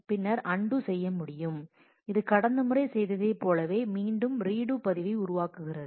பின்னர் அன்டூ செய்ய முடியும் இது கடந்த முறை செய்ததைப் போலவே மீண்டும் ரீடு பதிவை உருவாக்குகிறது